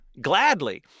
gladly